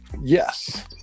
Yes